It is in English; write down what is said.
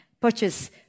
purchase